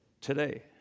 today